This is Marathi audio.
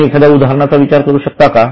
तुम्ही एखाद्या उदाहरणाचा विचार करू शकता का